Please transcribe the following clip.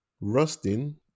Rustin